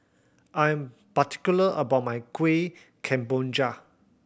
I'm particular about my Kuih Kemboja